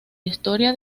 historia